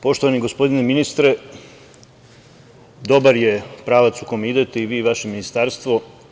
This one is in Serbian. Poštovani gospodine ministre, dobar je pravac u kojem idete i vi i vaše ministarstvo.